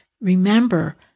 remember